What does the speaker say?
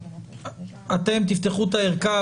אתם תפתחו את הערכה,